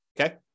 okay